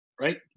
Right